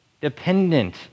dependent